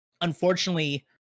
unfortunately